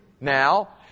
now